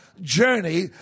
journey